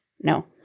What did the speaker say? No